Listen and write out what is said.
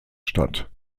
statt